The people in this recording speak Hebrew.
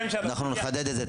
אנחנו נחדד את זה,